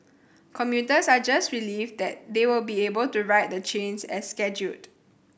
commuters are just relieved they will be able to ride the trains as scheduled